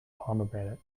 pomegranate